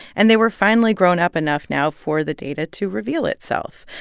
and they were finally grown up enough now for the data to reveal itself.